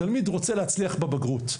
התלמיד רוצה להצליח בבגרות.